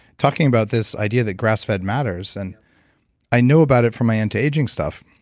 talking about this idea that grass-fed matters. and i know about it from my anti-aging stuff,